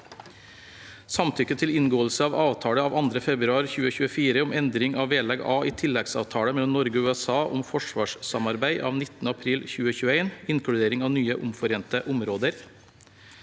Samtykke til inngåelse av avtale av 2. februar 2024 om endring av vedlegg A i tilleggsavtale mellom Norge og USA om forsvarssamarbeid av 27. april 2021 (inkludering av nye omforente områder)